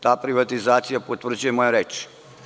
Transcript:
Ta privatizacija potvrđuje moje reči.